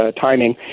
timing